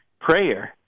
prayer